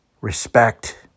respect